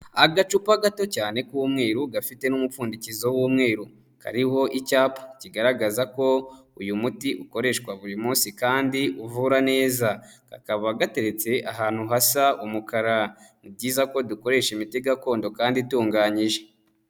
Agacupa gato cyane k'umweru gafite n'umupfundikizo w'umweru, kariho icyapa kigaragaza ko uyu muti ukoreshwa buri munsi kandi uvura neza. Kakaba gateretse ahantu hasa umukara. Ni byiza ko dukoresha imiti gakondo kandi itunganyije.